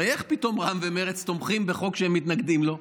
הרי איך פתאום רע"מ ומרצ תומכים בחוק שהם מתנגדים לו?